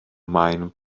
maen